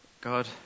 God